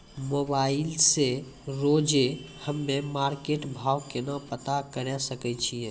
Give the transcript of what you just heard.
Mobile से रोजे हम्मे मार्केट भाव केना पता करे सकय छियै?